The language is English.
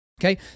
okay